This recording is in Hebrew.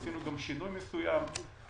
עשינו גם שינוי מסוים,